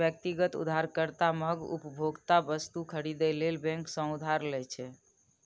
व्यक्तिगत उधारकर्ता महग उपभोक्ता वस्तु खरीदै लेल बैंक सं उधार लै छै